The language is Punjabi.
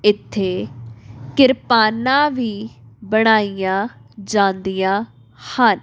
ਇੱਥੇ ਕਿਰਪਾਨਾਂ ਵੀ ਬਣਾਈਆਂ ਜਾਂਦੀਆਂ ਹਨ